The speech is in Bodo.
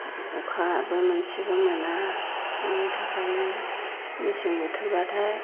अखाबो मोनसेबो मोना बिनि थाखायनो मेसें बोथोरबाथाय